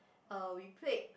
uh we played